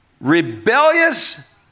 rebellious